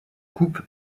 coupe